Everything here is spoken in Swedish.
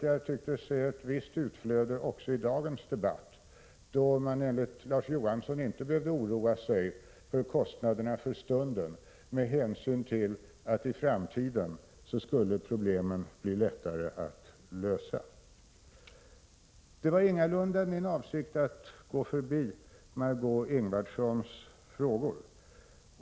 Jag tyckte mig se ett visst utflöde härav också i dagens debatt; vi behöver enligt Larz Johansson inte oroa oss för kostnaderna för stunden med hänsyn till att problemen skulle bli lättare att lösa i framtiden. Det var ingalunda min avsikt att gå förbi Margö Ingvardssons frågor.